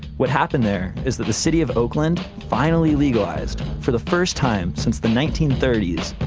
what happened there is that the city of oakland finally legalized, for the first time since the nineteen thirty s,